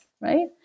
right